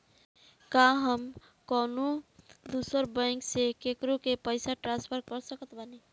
का हम कउनों दूसर बैंक से केकरों के पइसा ट्रांसफर कर सकत बानी?